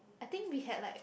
I think we had like